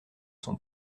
son